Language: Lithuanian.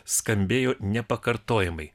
skambėjo nepakartojamai